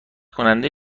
کننده